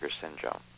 syndrome